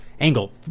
Angle